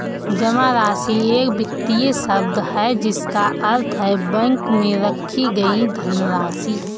जमा राशि एक वित्तीय शब्द है जिसका अर्थ है बैंक में रखी गई धनराशि